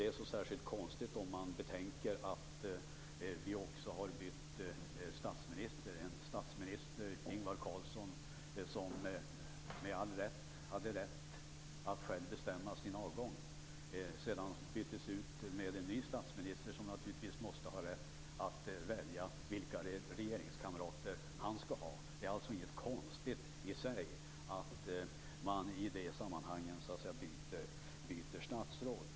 Det är inte särskilt konstigt om man betänker att vi också har bytt statsminister. Statsminister Ingvar Carlsson hade rätt att själv bestämma sin avgång. Han byttes mot en ny statsminister som naturligtvis måste ha rätt att välja vilka regeringskamrater han skall ha. Det är alltså inte konstigt i sig att man i det sammanhanget byter statsråd.